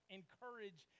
encourage